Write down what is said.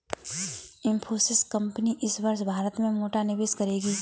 Infosys company इस वर्ष भारत में मोटा निवेश करेगी